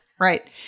Right